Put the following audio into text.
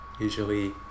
usually